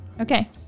Okay